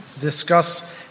discuss